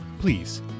please